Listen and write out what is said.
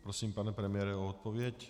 Prosím, pane premiére, o odpověď.